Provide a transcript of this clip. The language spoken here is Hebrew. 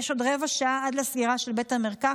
יש עוד רבע שעה עד לסגירה של בית המרקחת,